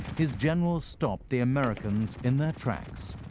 his generals stopped the americans in their tracks.